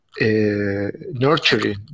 nurturing